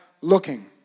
looking